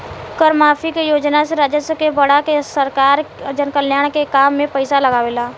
कर माफी के योजना से राजस्व के बढ़ा के सरकार जनकल्याण के काम में पईसा लागावेला